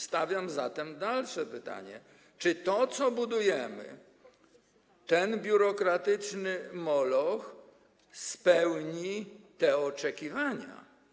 Stawiam zatem dalsze pytanie: Czy to co budujemy, ten biurokratyczny moloch, spełni te oczekiwania?